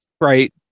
Right